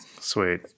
Sweet